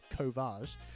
Covage